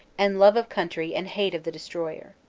and love of country and hate of the destroyer!